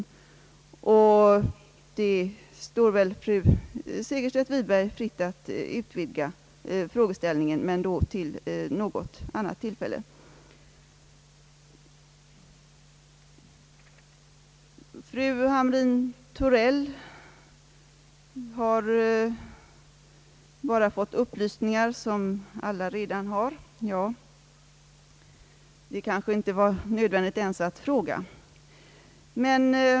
Det står fru Segerstedt Wiberg fritt att utvidga frågeställningen, men då vid något annat tillfälle. Fru Hamrin-Thorell sade att hon bara har fått upplysningar som alla redan har kännedom om. Ja, det kanske inte ens var nödvändigt att fråga!